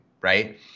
right